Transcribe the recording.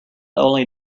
only